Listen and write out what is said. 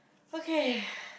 okay